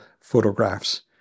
photographs